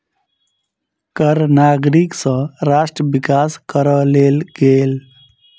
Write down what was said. कर नागरिक सँ राष्ट्र विकास करअ लेल गेल